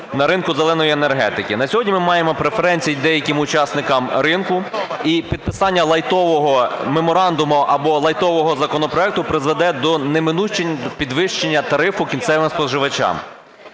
на ринку "зеленої" енергетики? На сьогодні ми маємо преференції деяким учасникам ринку і підписання "лайтового" меморандуму або "лайтового" законопроекту призведе до неминучого підвищення тарифу кінцевим споживачам.